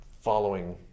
following